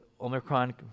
Omicron